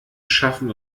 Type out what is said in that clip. schaffen